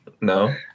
No